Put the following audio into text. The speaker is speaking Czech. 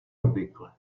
obvykle